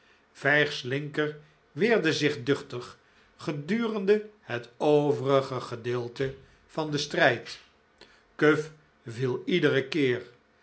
vijg's linker weerde zich duchtig gedurende het overige gedeelte van den strijd cuff viel iederen keer